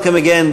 Welcome again.